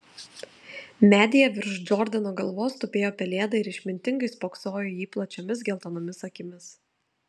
medyje virš džordano galvos tupėjo pelėda ir išmintingai spoksojo į jį plačiomis geltonomis akimis